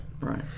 Right